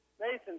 Mason